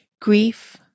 Grief